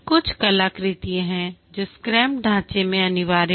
कुछ कलाकृतियाँ हैं जो स्क्रैम ढांचे में अनिवार्य हैं